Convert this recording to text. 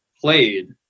played